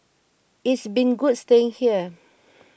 it's been good staying here